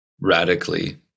radically